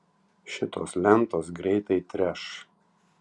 šitos lentos greitai treš